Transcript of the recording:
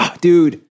Dude